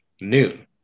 noon